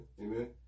Amen